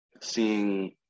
seeing